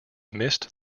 missed